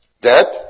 dead